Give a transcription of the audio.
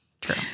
true